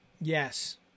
Yes